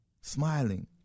smiling